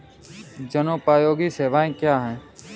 जनोपयोगी सेवाएँ क्या हैं?